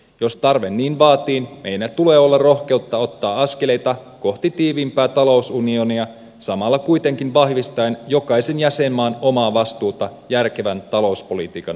jos tarve niin vaatii meillä tulee olla rohkeutta ottaa askeleita kohti tiiviimpää talousunionia samalla kuitenkin vahvistaen jokaisen jäsenmaan omaa vastuuta järkevän talouspolitiikan harjoittamiseksi